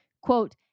quote